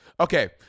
Okay